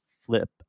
flip